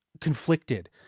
conflicted